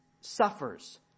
suffers